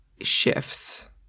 shifts